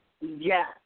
Yes